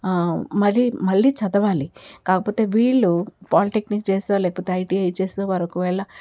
మరి మళ్ళీ చదవాలి కాకపోతే వీళ్ళు పాలిటెక్నిక్ చేసో లేకపోతే ఐటీఐ చేసో వారు ఒకవేళ